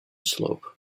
slope